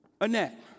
Annette